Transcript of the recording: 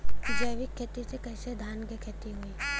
जैविक खेती से कईसे धान क खेती होई?